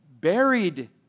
buried